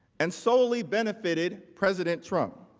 and solely benefited president trump.